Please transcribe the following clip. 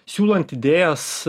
siūlant idėjas